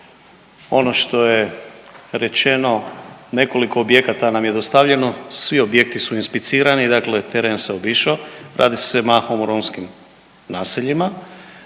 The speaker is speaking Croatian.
ono što je rečeno nekoliko objekata nam je dostavljeno svi objekti su inspicirani, dakle teren se obišo. Radi se mahom o romskim naseljima,